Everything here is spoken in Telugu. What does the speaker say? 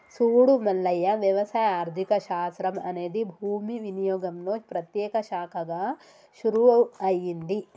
సూడు మల్లయ్య వ్యవసాయ ఆర్థిక శాస్త్రం అనేది భూమి వినియోగంలో ప్రత్యేక శాఖగా షురూ అయింది